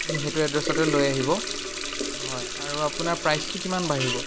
আপুনি সেইটো এড্ৰেছতেই লৈ আহিব হয় আৰু আপোনাৰ প্ৰাইচটো কিমান বাঢ়িব